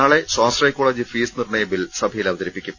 നാളെ സ്വാശ്രയകോളജ് ഫീസ് നിർണയ ബിൽ സഭയിൽ അവതരിപ്പിക്കും